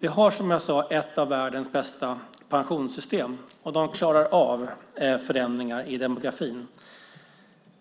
Vi har, som jag sade, ett av världens bästa pensionssystem som klarar av förändringar i demografin.